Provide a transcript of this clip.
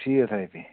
شیٖتھ رۄپیہِ